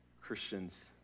Christians